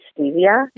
Stevia